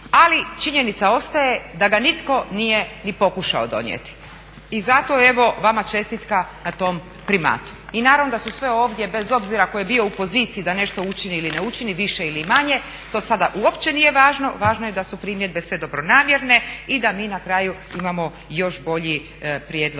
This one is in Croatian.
ali činjenica ostaje da ga nitko nije ni pokušao donijeti. I zato evo vama čestitka na tom primatu. I naravno da su sve ovdje, bez obzira tko je bio u poziciji da nešto učini ili ne učini više ili manje to sada uopće nije važno, važno je da su primjedbe sve dobronamjerne i da mi na kraju imamo još bolji prijedlog